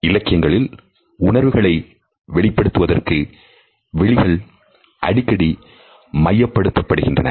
இலக்கியங்களில் உணர்வுகளை வெளிப்படுத்துவதற்கு விழிகள் அடிக்கடி மையப் படுத்துகின்றன